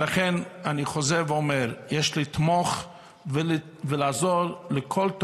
לכן אני חוזר ואומר: יש לתמוך בכל תוכנית